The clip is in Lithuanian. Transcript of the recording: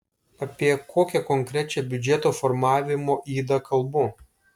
apie kokią konkrečią biudžeto formavimo ydą kalbu